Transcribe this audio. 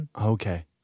Okay